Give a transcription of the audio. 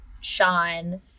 Sean